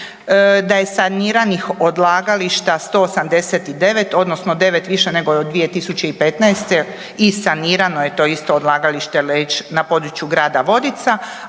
da je saniranih odlagališta 189 odnosno 9 više nego je od 2015. i sanirano je to isto odlagalište Leć na području grada Vodica,